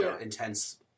intense